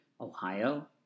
Ohio